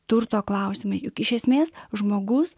turto klausimai juk iš esmės žmogus